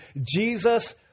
Jesus